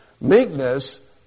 Meekness